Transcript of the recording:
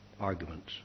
arguments